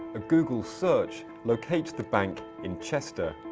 a google search locates the bank in chester.